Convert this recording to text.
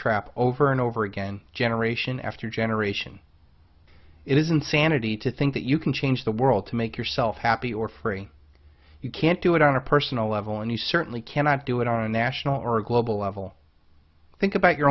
trap over and over again generation after generation it is insanity to think that you can change the world to make yourself happy or free you can't do it on a personal level and you certainly cannot do it on a national or global level think about your